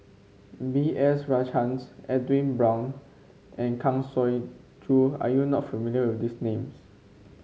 B S Rajhans Edwin Brown and Kang Siong Joo are you not familiar with these names